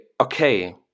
okay